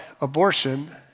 abortion